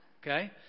okay